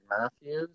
Matthews